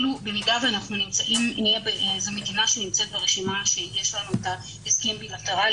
אם נהיה במדינה שנמצאת ברשימה שיש לנו איתה הסכם בילטרלי